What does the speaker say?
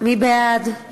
מי בעד?